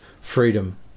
freedom